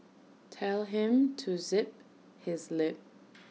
tell him to zip his lip